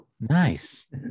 Nice